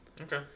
Okay